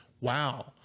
wow